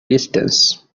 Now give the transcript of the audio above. distance